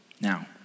Now